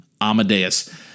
Amadeus